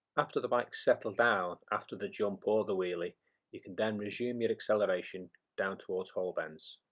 after the bike's settled down after the jump or the wheelie you can then resume your acceleration down towards hall bends.